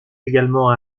également